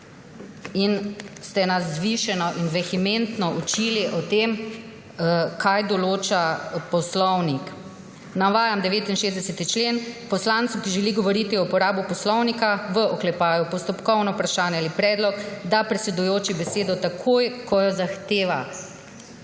poslanka, vzvišeno in vehementno učili o tem, kaj določa poslovnik. Navajam 69. člen: »Poslancu, ki želi govoriti o uporabi poslovnika (postopkovno vprašanje),« ali predlog, »da predsedujoči besedo takoj, ko jo zahteva.«